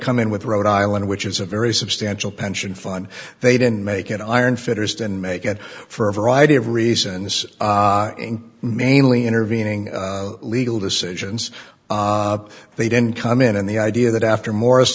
come in with rhode island which is a very substantial pension fund they didn't make an iron fitters and make it for a variety of reasons mainly intervening legal decisions they didn't come in and the idea that after